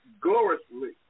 gloriously